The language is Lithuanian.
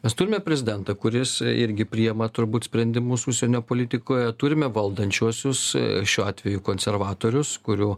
mes turime prezidentą kuris irgi priima turbūt sprendimus užsienio politikoje turime valdančiuosius šiuo atveju konservatorius kurių